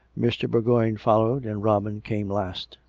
mr. bourgoign followed and robin came last.